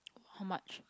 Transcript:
how much